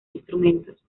instrumentos